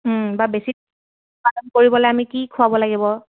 বা বেছি পালন কৰিবলে আমি কি খোৱাব লাগিব